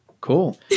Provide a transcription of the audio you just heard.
Cool